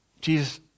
Jesus